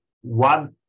One